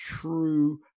true